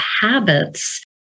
habits